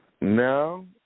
No